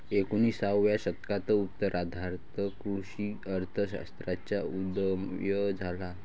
एकोणिसाव्या शतकाच्या उत्तरार्धात कृषी अर्थ शास्त्राचा उदय झाला